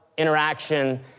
interaction